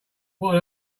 what